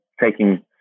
taking